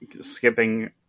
skipping